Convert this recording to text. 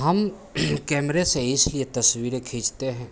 हम कैमरे से इसलिए तस्वीरें खींचते हैं